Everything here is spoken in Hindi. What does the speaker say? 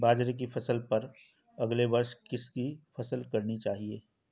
बाजरे की फसल पर अगले वर्ष किसकी फसल करनी चाहिए?